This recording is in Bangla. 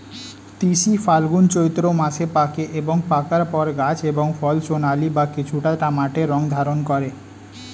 তিসি ফাল্গুন চৈত্র মাসে পাকে এবং পাকার পর গাছ এবং ফল সোনালী বা কিছুটা তামাটে রং ধারণ করে